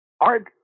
art